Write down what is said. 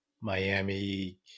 Miami